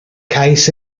cais